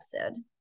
episode